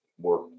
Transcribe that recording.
work